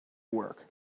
work